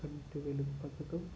కంటి వెలుగు పథకం